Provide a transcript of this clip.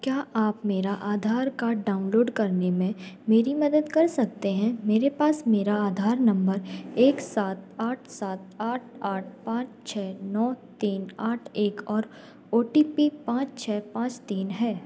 क्या आप मेरा आधार कार्ड डाउनलोड करने में मेरी मदद कर सकते हैं मेरे पास मेरा आधार नंबर एक सात आठ सात आठ आठ पाँच छः नौ तीन आठ एक और ओ टी पी पाँच छः पाँच तीन है